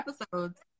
episodes